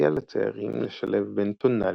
הציעה לציירים לשלב בין "טונאליות",